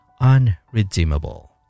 unredeemable